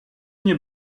nie